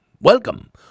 welcome